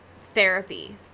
therapy